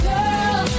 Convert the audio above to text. Girl